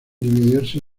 dividirse